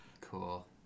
Cool